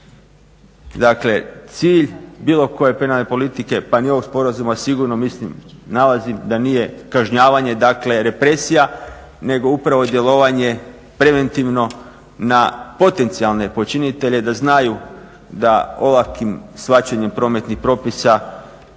Dakle cilj bilo koje penalne politike pa ni ovog sporazuma sigurno mislim, nalazim da nije kažnjavanje dakle represija nego upravo djelovanje preventivno na potencijalne počinitelje da znaju da ovakvim shvaćanjem prometnih propisa